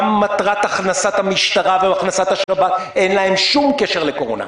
גם מטרת הכנסת המשטרה והכנסת השב"כ אין להם שום קשר לקורונה.